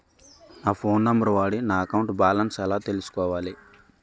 నా phone number వాడి నా అకౌంట్ బాలన్స్ ఎలా తెలుసుకోవాలి?